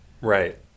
right